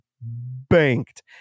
banked